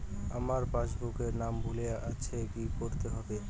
আমার পাসবুকে নাম ভুল আছে কি করতে হবে?